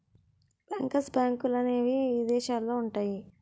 bankers బ్యాంకులనేవి ఇదేశాలల్లో ఉంటయ్యి